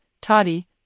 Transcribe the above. Toddy